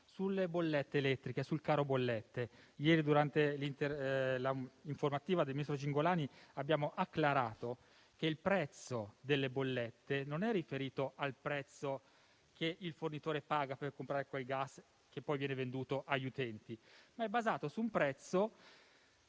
caro bollette elettriche. Ieri, durante l'informativa del ministro Cingolani, abbiamo acclarato che il prezzo delle bollette non è riferito al prezzo che il fornitore paga per comprare il gas che poi viene venduto agli utenti, ma è basato su un prezzo